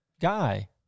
guy